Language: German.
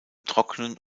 trocknen